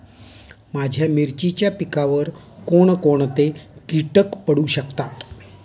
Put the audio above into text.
माझ्या मिरचीच्या पिकावर कोण कोणते कीटक पडू शकतात?